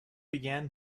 began